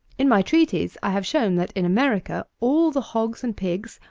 in my treatise, i have shown that, in america, all the hogs and pigs,